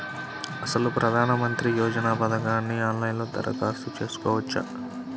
అసలు ప్రధాన మంత్రి యోజన పథకానికి ఆన్లైన్లో దరఖాస్తు చేసుకోవచ్చా?